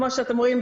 כפי שאתם רואים,